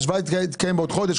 שההשוואה תתקיים בעוד חודש,